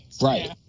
Right